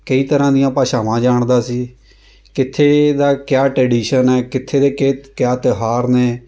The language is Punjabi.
ਕਈ ਤਰ੍ਹਾਂ ਦੀਆਂ ਭਾਸ਼ਾਵਾਂ ਜਾਣਦਾ ਸੀ ਕਿੱਥੇ ਦਾ ਕਿਆ ਟ੍ਰੈਡੀਸ਼ਨ ਹੈ ਕਿੱਥੇ ਦੇ ਕ ਕਿਆ ਤਿਉਹਾਰ ਨੇ